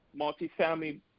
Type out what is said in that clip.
multifamily